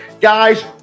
Guys